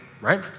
right